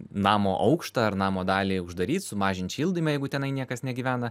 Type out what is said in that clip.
namo aukštą ar namo dalį uždaryt sumažint šildymą jeigu tenai niekas negyvena